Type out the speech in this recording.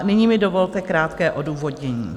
Nyní mi dovolte krátké odůvodnění.